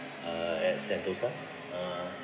uh at sentosa uh